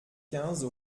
quinze